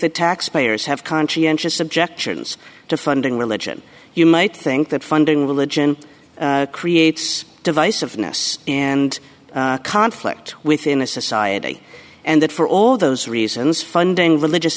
that taxpayers have conscientious objections to funding religion you might think that funding religion creates divisiveness and conflict with in a society and that for all those reasons funding religious